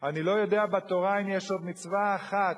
אני לא יודע אם בתורה יש עוד מצווה אחת